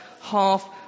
half